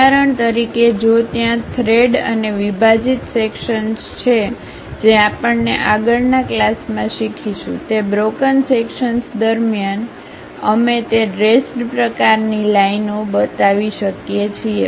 ઉદાહરણ તરીકે જો ત્યાં થ્રેડ અને વિભાજિત સેક્શન્સ છે જે આપણે આગળના ક્લાસમાં શીખીશું તે બ્રોકન સેક્શન્સ દરમિયાન અમે તે ડ્રેશડ પ્રકારની લાઈન ઓ બતાવી શકીએ છીએ